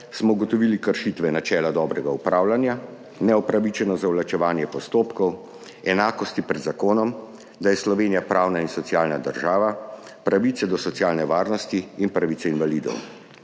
smo ugotovili kršitve načela dobrega upravljanja, neupravičeno zavlačevanje postopkov, kršitve enakosti pred zakonom, da je Slovenija pravna in socialna država, pravice do socialne varnosti in pravice invalidov.